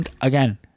Again